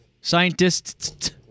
scientists